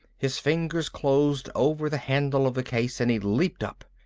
his fingers closed over the handle of the case and he leaped up.